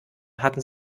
hatten